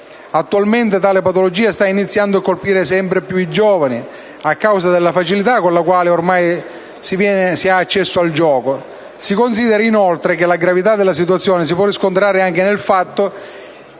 Attualmente tale patologia sta iniziando a colpire sempre più i giovani, a causa della facilità con la quale, ormai, si può avere accesso al gioco. Si consideri, inoltre, che la gravità della situazione si può riscontrare anche nel fatto che